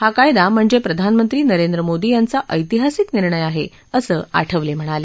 हा कायदा म्हणजे प्रधानमंत्री नरेंद्र मोदी यांचा ऐतिहासिक निर्णय आहे असं आठवले म्हणाले